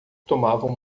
tomavam